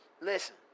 Listen